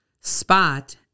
spot